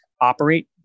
operate